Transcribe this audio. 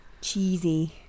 cheesy